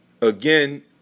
again